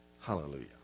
hallelujah